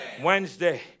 Wednesday